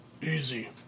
Easy